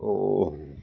औ